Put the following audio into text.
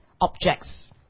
objects